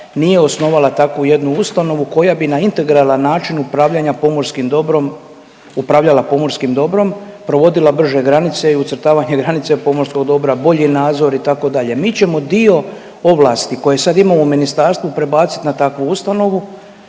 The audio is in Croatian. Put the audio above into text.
nije osnovala takvu jednu ustanovu koja bi na integralan način upravljanja pomorskim dobrom, upravljala pomorskim dobrom, provodila brže granice i ucrtavanje granica pomorskog dobra, bolji nadzor itd. Mi ćemo dio ovlasti koje sad imamo u ministarstvu prebaciti na takvu ustanovu.